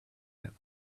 him